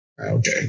Okay